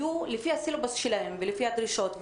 לפי הסילבוס שלהם והדרישות,